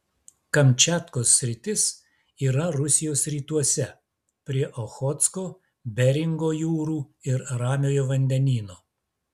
kamčiatkos sritis yra rusijos rytuose prie ochotsko beringo jūrų ir ramiojo vandenyno